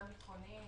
גם ביטחוניים,